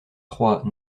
trois